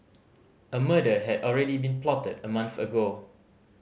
a murder had already been plotted a month ago